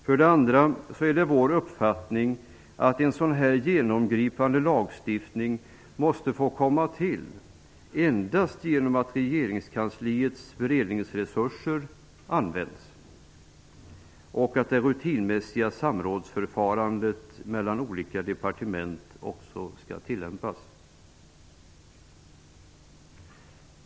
För det andra: Det är vår uppfattning att en sådan genomgripande lagstiftning måste få komma till endast genom att regeringskansliets beredningsresurser används och att det rutinmässiga samrådsförfarandet mellan olika departement skall tillämpas.